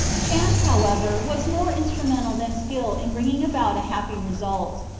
chance, however, was more instru mental than skill in bringing about a happy result.